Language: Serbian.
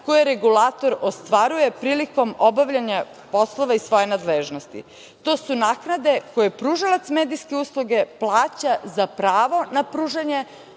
koje regulator ostvaruje prilikom obavljanja poslova iz svoje nadležnosti. To su naknade koje pružalac medijske usluge plaća za pravo na pružanje